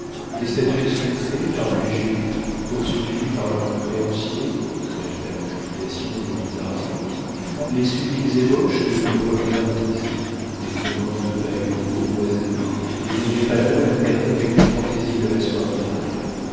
des statuettes sculptées par des génies poursuivis par leurs créanciers véritable explication des mythes arabes les sublimes ébauches de nos premiers artistes des devants de bahut pour boiseries et dont les panneaux alternent avec les fantaisies de la soierie indienne